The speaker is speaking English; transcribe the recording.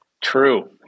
True